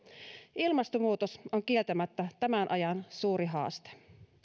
ilmastonmuutos on kieltämättä tämän ajan suuri haaste